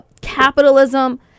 capitalism